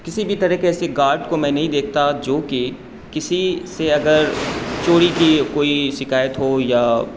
کسی بھی طرح کے ایسی گارڈ کو میں نہیں دیکھتا جو کہ کسی سے اگر چوری کی کوئی شکایت ہو یا